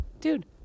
Dude